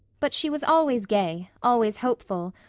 but she was always gay, always hopeful,